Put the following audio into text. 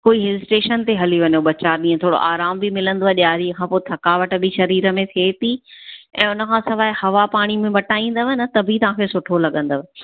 कोई hill station ते हली वञो ॿ चारि ॾींहं थोरो आरामु बि मिलंदो आहे ॾियारी खां पोइ थकावट बि शरीर में थिए थी ऐं उनखां सवाइ हवा पाणी बि मटाईंदव न त बि तव्हांखे सूठो लगंदव